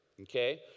Okay